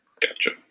Gotcha